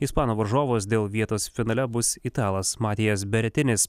ispano varžovas dėl vietos finale bus italas matijas beretinis